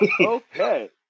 Okay